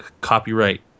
Copyright